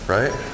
Right